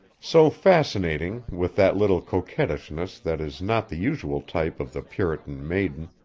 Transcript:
so fascinating with that little coquettishness that is not the usual type of the puritan maiden,